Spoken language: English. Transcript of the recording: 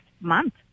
month